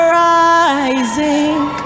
rising